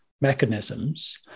mechanisms